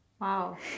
wow